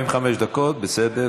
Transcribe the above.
45 דקות, בסדר.